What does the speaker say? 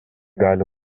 gali